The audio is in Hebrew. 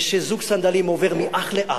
ושזוג סנדלים עובר מאח לאח,